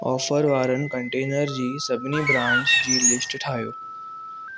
offer वारनि container जी सभिनी ब्रांड्स जी लिस्ट ठाहियो